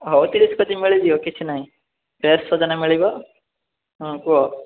ହଉ ଠିକ ଅଛି ଖୋଜିକି ମିଳିଯିବ କିଛିନାହିଁ ଫ୍ରେଶ୍ ସଜନା ମିଳିବ ହୁଁ କୁହ